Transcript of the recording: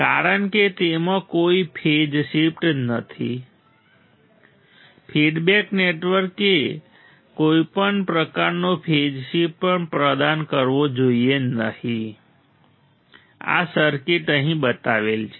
કારણ કે તેમાં કોઈ ફેઝ શિફ્ટ નથી ફીડબેક નેટવર્કે કોઈપણ પ્રકારનો ફેઝ શિફ્ટ પણ પ્રદાન કરવો જોઈએ નહીં આ સર્કિટ અહીં બતાવેલ છે